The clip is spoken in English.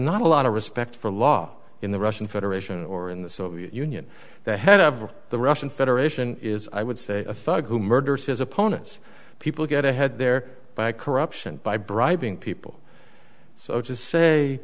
not a lot of respect for law in the russian federation or in the soviet union the head of the russian federation is i would say a thug who murders his opponents people get ahead there by corruption by bribing people so to say